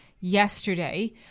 yesterday